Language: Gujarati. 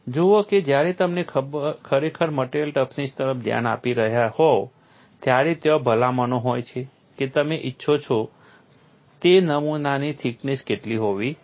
જુઓ કે જ્યારે તમે ખરેખર મટીરીયલ ટફનેસ તરફ ધ્યાન આપી રહ્યા હોવ ત્યારે ત્યાં ભલામણો હોય છે કે તમે ઇચ્છો છો તે નમૂનાની થિકનેસ કેટલી હોવી જોઈએ